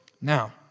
Now